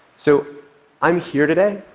so i'm here today